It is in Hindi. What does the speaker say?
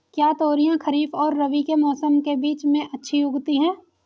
क्या तोरियां खरीफ और रबी के मौसम के बीच में अच्छी उगती हैं?